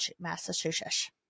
Massachusetts